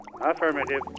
Affirmative